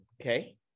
Okay